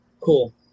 Cool